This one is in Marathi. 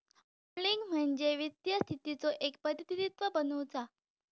मॉडलिंग म्हणजे वित्तीय स्थितीचो एक प्रतिनिधित्व बनवुचा